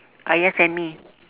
ayah send me